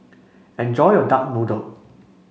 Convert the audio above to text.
enjoy your Duck Noodle